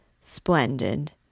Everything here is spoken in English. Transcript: Splendid